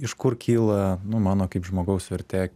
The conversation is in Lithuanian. iš kur kyla nu mano kaip žmogaus vertė